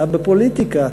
אתה בפוליטיקה,